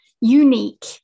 unique